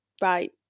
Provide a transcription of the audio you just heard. right